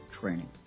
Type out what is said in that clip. training